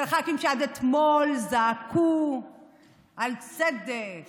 של ח"כים שעד אתמול זעקו על צדק